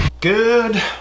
Good